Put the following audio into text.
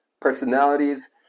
personalities